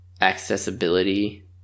Accessibility